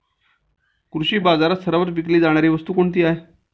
कृषी बाजारात सर्वात विकली जाणारी वस्तू कोणती आहे?